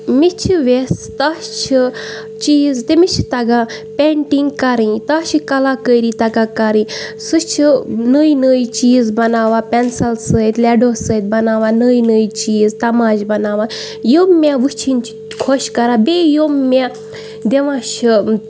مےٚ چھِ وٮ۪س تَس چھِ چیٖز تٔمِس چھِ تَگان پینٹِنٛگ کَرٕنۍ تَس چھِ کَلاکٲری تگان کَرٕنۍ سُہ چھِ نٔے نٔے چیٖز بَناوان پینسَل سۭتۍ لیڈو سۭتۍ بَناوان نٔے نٔے چیٖز تماشہِ بَناوان یِم مےٚ وٕچھِنۍ چھِ خۄش کَران بیٚیہِ یُم مےٚ دِوان چھِ